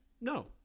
No